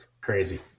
crazy